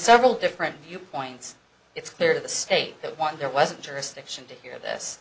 several different viewpoints it's clear to the state that one there wasn't jurisdiction to hear this